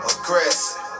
aggressive